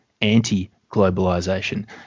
anti-globalization